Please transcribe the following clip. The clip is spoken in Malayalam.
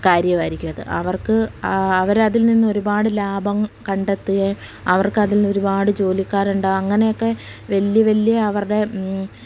കാര്യമായിരിക്കും അത് അവർക്ക് അവരതിൽ നിന്ന് ഒരുപാട് ലാഭം കണ്ടെത്തുകയും അവർക്ക് അതിൽ നിന്ന് ഒരുപാട് ജോലിക്കാരുണ്ടാകും അങ്ങനെയൊക്കെ വലിയ വലിയ അവരുടെ